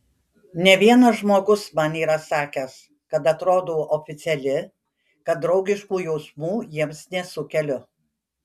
ne vienas žmogus man yra sakęs kad atrodau oficiali kad draugiškų jausmų jiems nesukeliu